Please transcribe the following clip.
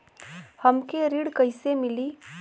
हमके ऋण कईसे मिली?